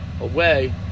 away